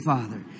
Father